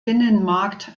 binnenmarkt